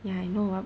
ya I know